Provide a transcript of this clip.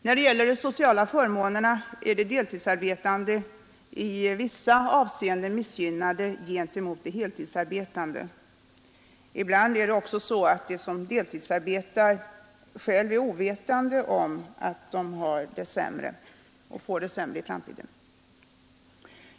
När det gäller de sociala förmånerna är vidare de deltidsarbetande i vissa avseenden missgynnade jämfört med de heltidsarbetande. Ibland är också de som deltidsarbetar själva ovetande om att de har sämre sociala förmåner och får det sämre i framtiden.